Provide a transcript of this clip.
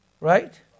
Right